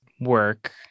work